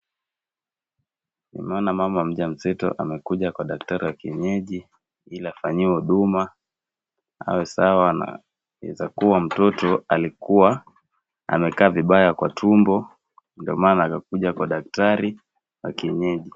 Naona mama mjamzito amwkuja kwa daktari wa kienyeji ili afanyiwe huduma awe sawa na inaeza kuwa mtoto alikuwa amekaa vibaya kwa tumbo ndo maana amekuja kwa daktari wa kienyeji.